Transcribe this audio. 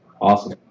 Awesome